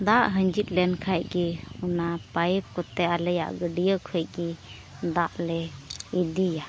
ᱫᱟᱜ ᱦᱤᱸᱡᱤᱫ ᱞᱮᱱᱠᱷᱟᱱ ᱜᱮ ᱚᱱᱟ ᱯᱟᱭᱤᱯ ᱠᱚᱛᱮ ᱟᱞᱮᱭᱟᱜ ᱜᱟᱹᱰᱭᱟᱹ ᱠᱷᱚᱱ ᱜᱮ ᱫᱟᱜ ᱞᱮ ᱤᱫᱤᱭᱟ